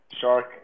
shark